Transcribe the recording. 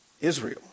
Israel